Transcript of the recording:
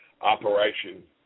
operation